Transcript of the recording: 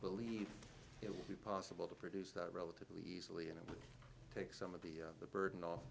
believe it would be possible to produce that relatively easily and it would take some of the burden off